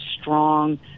strong